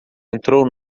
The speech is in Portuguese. entrou